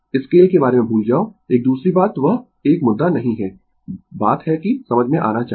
scale के बारे में भूल जाओ एक दूसरी बात वह एक मुद्दा नहीं है बात है कि समझ में आना चाहिए